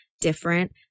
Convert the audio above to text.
different